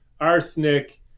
arsenic